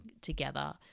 together